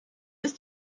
ist